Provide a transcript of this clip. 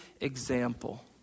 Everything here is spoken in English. example